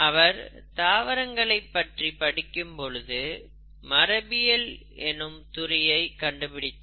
அவர் தாவரங்களைப் பற்றி படிக்கும் பொழுது மரபியல் என்னும் துறையை கண்டுபிடித்தார்